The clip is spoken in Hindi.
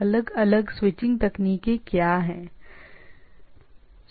अब अलग अलग स्विचिंग तकनीकें क्या हैं